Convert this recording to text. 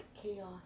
chaos